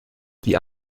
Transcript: die